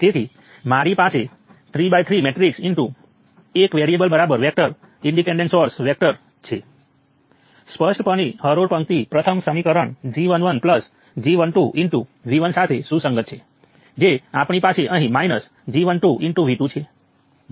હવે unknown vector V 1 V 2 એ current vector ઓછા 7 મિલી એમ્પ 14 મિલી એમ્પના G મેટ્રિક્સ ટાઇમ્સ ઈન્વર્જ છે